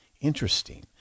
Interesting